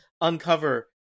uncover